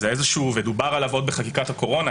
ודובר עליו עוד בחקיקת הקורונה,